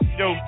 yo